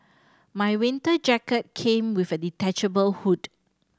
my winter jacket came with a detachable hood